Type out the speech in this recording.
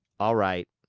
all right.